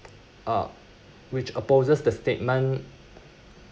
uh which opposes the statement